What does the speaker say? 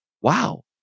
wow